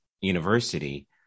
university